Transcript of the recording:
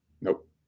Nope